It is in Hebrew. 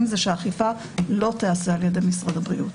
הוא שאכיפה לא תיעשה על ידי משרד הבריאות.